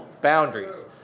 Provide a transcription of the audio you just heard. boundaries